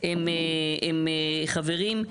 זה בחינוך,